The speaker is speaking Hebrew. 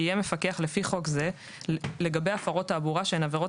יהיה מפקח לפי חוק זה לגבי הפרות תעבורה שהן עבירות